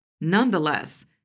Nonetheless